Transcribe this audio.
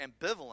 ambivalent